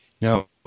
Now